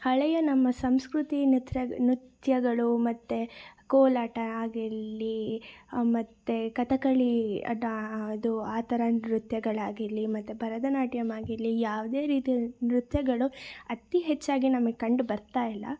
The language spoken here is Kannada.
ಹಳೆಯ ನಮ್ಮ ಸಂಸ್ಕೃತಿ ನೃತ್ಯಗಳು ಮತ್ತು ಕೋಲಾಟ ಆಗಿರಲಿ ಮತ್ತು ಕಥಕ್ಕಳಿ ಅಡಾ ಅದು ಆ ಥರ ನೃತ್ಯಗಳಾಗಿರಲಿ ಮತ್ತು ಭರತನಾಟ್ಯಮ್ ಆಗಿರಲಿ ಯಾವುದೇ ರೀತಿಯ ನೃತ್ಯಗಳು ಅತಿ ಹೆಚ್ಚಾಗಿ ನಮಗೆ ಕಂಡು ಬರ್ತಾ ಇಲ್ಲ